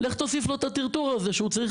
לך תוסיף לו את הטרטור הזה שהוא צריך